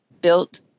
built